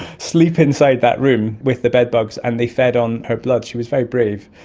sleep inside that room with the bedbugs and they fed on her blood. she was very brave.